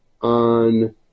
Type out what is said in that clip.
on